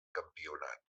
campionat